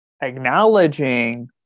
acknowledging